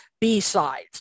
B-sides